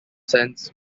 sense